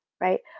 right